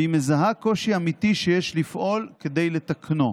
והיא מזהה קושי אמיתי שיש לפעול כדי לתקנו.